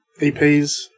EPs